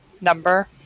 number